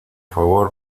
favor